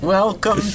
Welcome